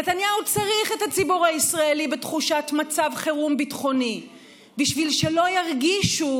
נתניהו צריך את הציבור הישראלי בתחושת מצב חירום ביטחוני בשביל שלא ירגישו